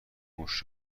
موش